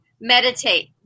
meditate